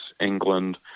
England